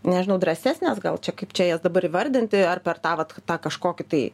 nežinau drąsesnės gal čia kaip čia jas dabar įvardinti ar per tą vat tą kažkokį tai